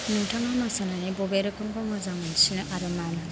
नोंथाङा मोसानायनि बबे रोखोमखौ मोजां मोनसिनो आरो मानो